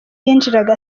yinjiraga